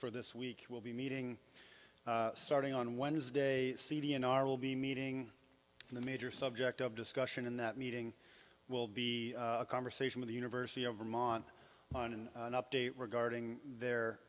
for this week will be meeting starting on wednesday cd in our will be meeting the major subject of discussion in that meeting will be a conversation with the university of vermont on an update regarding their